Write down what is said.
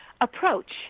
approach